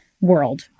world